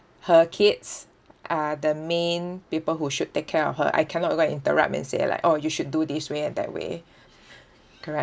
her kids are the main people who should take care of her I cannot go and interrupt and say like oh you should do this way and that way correct